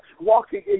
walking